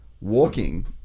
walking